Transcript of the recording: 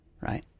Right